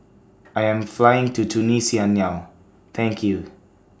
I Am Flying to Tunisia now thank YOU